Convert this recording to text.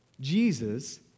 Jesus